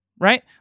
Right